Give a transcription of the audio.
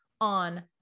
on